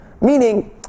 Meaning